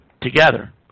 together